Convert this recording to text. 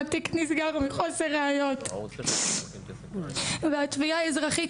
התיק נסגר מחוסר ראיות והתביעה האזרחית